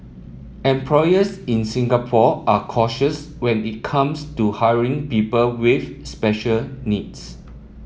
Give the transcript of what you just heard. employers in Singapore are cautious when it comes to hiring people with special needs